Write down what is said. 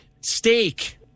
Steak